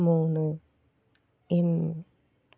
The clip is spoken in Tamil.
மூணு இன்